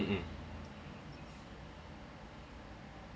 mmhmm